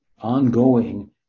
ongoing